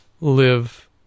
live